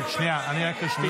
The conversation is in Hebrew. שנייה, אני רק אשתיק אותם.